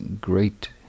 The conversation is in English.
great